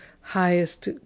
highest